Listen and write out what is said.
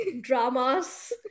dramas